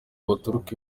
baturuka